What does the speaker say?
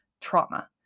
trauma